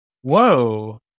Whoa